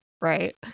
right